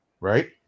right